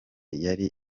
yari